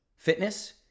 Fitness